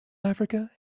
africa